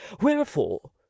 Wherefore